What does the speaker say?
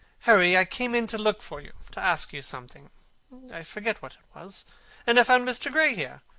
harry, i came in to look for you, to ask you something i forget what it was and i found mr. gray here.